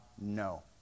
no